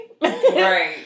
Right